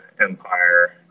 empire